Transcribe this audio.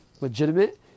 legitimate